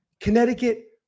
Connecticut